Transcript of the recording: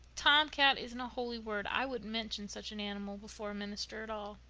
tomcat isn't a holy word. i wouldn't mention such an animal before a minister at all.